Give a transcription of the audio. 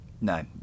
No